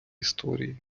історії